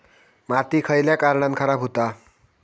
माती खयल्या कारणान खराब हुता?